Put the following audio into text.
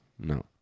No